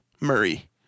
Murray